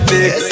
Big